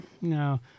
No